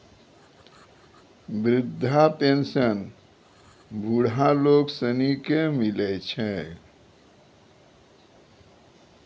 वृद्धा पेंशन बुढ़ा लोग सनी के मिलै छै